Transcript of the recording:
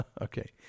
okay